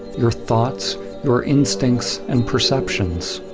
your thoughts your instincts, and perceptions.